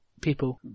people